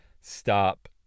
stop